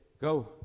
go